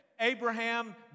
Abraham